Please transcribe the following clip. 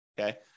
okay